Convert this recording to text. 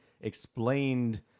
explained